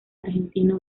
argentino